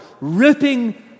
ripping